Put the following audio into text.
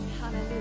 Hallelujah